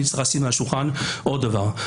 אני צריך לשים על השולחן עוד דבר.